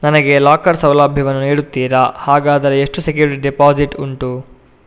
ನನಗೆ ಲಾಕರ್ ಸೌಲಭ್ಯ ವನ್ನು ನೀಡುತ್ತೀರಾ, ಹಾಗಾದರೆ ಎಷ್ಟು ಸೆಕ್ಯೂರಿಟಿ ಡೆಪೋಸಿಟ್ ಉಂಟು?